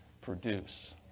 produce